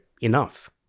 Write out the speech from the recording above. enough